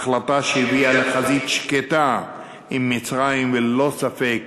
החלטה שהביאה לחזית שקטה עם מצרים וללא ספק